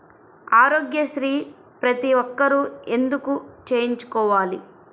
ఆరోగ్యశ్రీ ప్రతి ఒక్కరూ ఎందుకు చేయించుకోవాలి?